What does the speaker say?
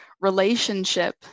relationship